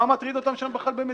מה מטריד אותם שם במטולה?